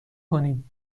کنیم